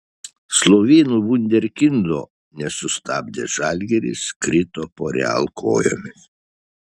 slovėnų vunderkindo nesustabdęs žalgiris krito po real kojomis